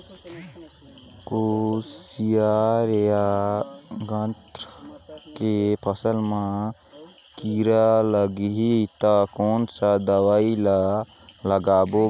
कोशियार या गन्ना के फसल मा कीरा लगही ता कौन सा दवाई ला लगाबो गा?